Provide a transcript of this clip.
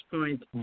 point